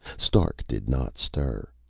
stark did not stir.